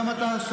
גם אתה,